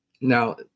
Now